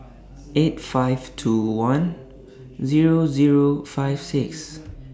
eight five two one Zero Zero five six